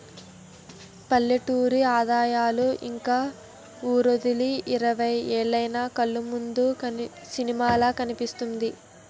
పల్లెటూరి అందాలు ఇంక వూరొదిలి ఇరవై ఏలైన కళ్లముందు సినిమాలా కనిపిస్తుంది